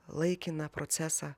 laikiną procesą